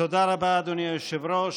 תודה רבה, אדוני היושב-ראש.